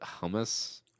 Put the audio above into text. hummus